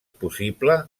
possible